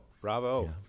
Bravo